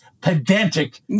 pedantic